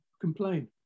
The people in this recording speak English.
complain